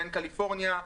בהן קליפורניה,